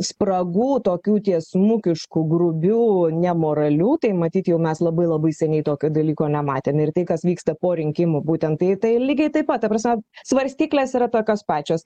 spragų tokių tiesmukiškų grubių nemoralių tai matyt jau mes labai labai seniai tokio dalyko nematėm ir tai kas vyksta po rinkimų būtent tai tai lygiai taip pat ta prasme svarstyklės yra tokios pačios